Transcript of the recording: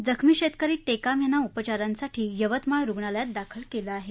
यात जखमी शेतकऱी टेकाम यांना उपचारांसाठी यवतमाळ रुग्णालयात दाखल केलं आहे